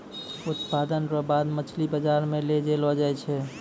उत्पादन रो बाद मछली बाजार मे लै जैलो जाय छै